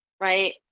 right